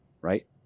right